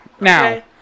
Now